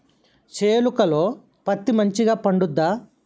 చేలుక లో పత్తి మంచిగా పండుద్దా?